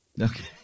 Okay